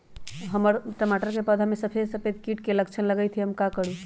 हमर टमाटर के पौधा में सफेद सफेद कीट के लक्षण लगई थई हम का करू?